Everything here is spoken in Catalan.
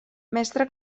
mestre